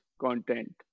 content